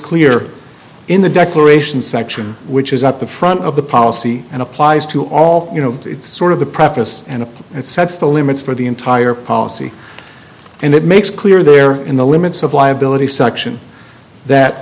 clear in the declaration section which is at the front of the policy and applies to all you know it's sort of the preface and it sets the limits for the entire policy and it makes clear there in the limits of liability section that